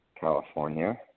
California